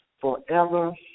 forever